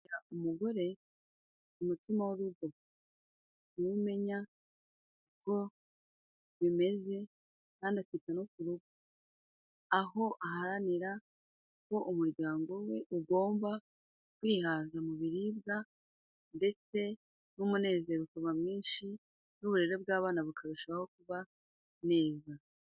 Umugore umutima w'urugo. Ni we umenya uko bimeze, kandi afite no kuba aho aharanira ko umuryango we ugomba kwihaza mu biribwa, ndetse n'umunezero ukaba mwinshi n'uburere bw'abana bukarushaho kuba neza.